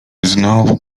znowu